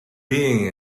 being